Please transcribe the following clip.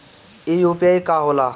ई यू.पी.आई का होला?